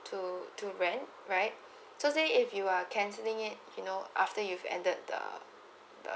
to to rent right so say if you are cancelling it you know after you've ended the